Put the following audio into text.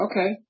okay